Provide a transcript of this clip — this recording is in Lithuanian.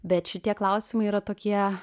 bet šitie klausimai yra tokie